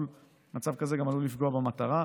מצב כזה גם עלול לפגוע במטרה.